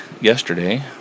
yesterday